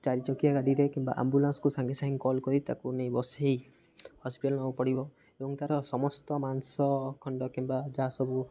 ଚାରି ଚକିଆ ଗାଡ଼ିରେ କିମ୍ବା ଆମ୍ବୁଲାନ୍ସକୁ ସାଙ୍ଗେ ସାଙ୍ଗେ କଲ୍ କରି ତାକୁ ନେଇ ବସେଇ ହସ୍ପିଟାଲ୍ ନେବାକୁ ପଡ଼ିବ ଏବଂ ତା'ର ସମସ୍ତ ମାଂସ ଖଣ୍ଡ କିମ୍ବା ଯାହା ସବୁ